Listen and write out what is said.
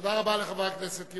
תודה רבה לחברת הכנסת זוארץ,